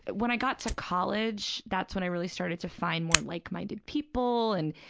when i got to college, that's when i really started to find more like-minded people and,